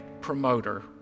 promoter